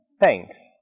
thanks